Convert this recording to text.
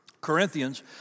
Corinthians